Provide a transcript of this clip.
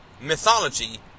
mythology